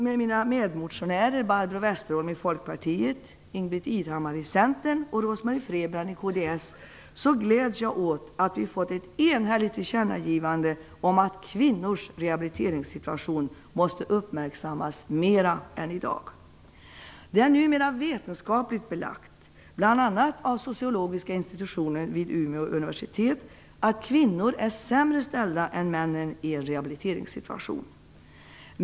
Westerholm i folkpartiet, Ingbritt Irhammar i centern och Rose-Marie Frebran i kristdemokraterna, gläds jag över att vi fått ett enhälligt tillkännagivande om att kvinnors rehabiliteringssituation måste uppmärksammas mer än i dag. Det är numera vetenskapligt belagt, bl.a. av sociologiska institutionen vid Umeå universitet, att kvinnor har det sämre än män i en rehabiliteringssituation.